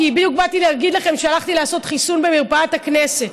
כי בדיוק באתי להגיד לכם שהלכתי לעשות חיסון במרפאת הכנסת,